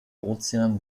ozean